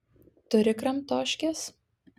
turi kramtoškės